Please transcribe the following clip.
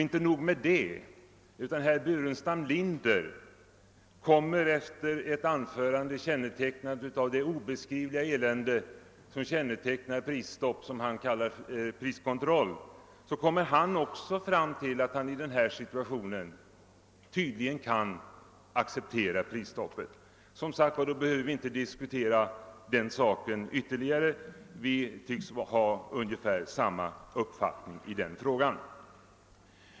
Inte nog med detta, utan herr Burenstam Linder kom efter ett anförande, vari framhållits det obeskrivliga elände som kännetecknar Pprisstopp, som han kallar för priskontroll, också fram till att han i denna situation tydligen kan acceptera ett prisstopp. Då behöver vi inte diskutera den saken ytterligare; vi tycks ha ungefär samma uppfattning i den frågan.